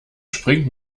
springt